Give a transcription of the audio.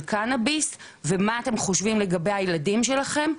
קנאביס ומה אתם חושבים לגבי הילדים שלכם,